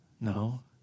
No